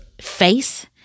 face